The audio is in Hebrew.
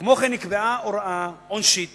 כמו כן, נקבעה הוראה עונשית